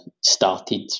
started